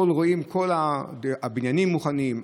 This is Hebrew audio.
כל הבניינים מוכנים,